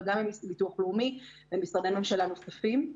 אבל גם עם ביטוח לאומי ומשרדי ממשלה נוספים.